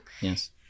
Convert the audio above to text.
Yes